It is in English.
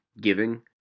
giving